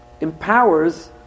empowers